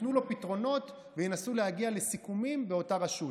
ייתנו לו פתרונות וינסו להגיע לסיכומים באותה רשות.